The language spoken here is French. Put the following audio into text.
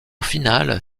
finale